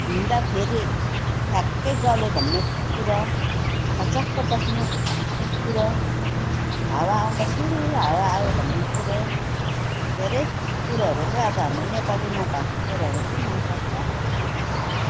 हिँड्दाखेरि ठ्याक्कै गल्यो भन्ने कुरा थचक्क बस्ने कुरा हावा आउँदा सिर्रर हावा आयो भन्ने कुरो धेरै कुरोहरू चाहिँ अब हाम्रो नेपालीमा भएको कुरोहरू चाहिँ मन पर्छ